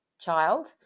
child